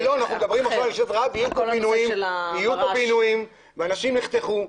יהיו כאן פינויים ואנשים יחתכו.